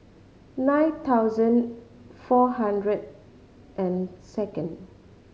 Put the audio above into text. nine thousand four hundred and second